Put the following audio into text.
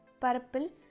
Purple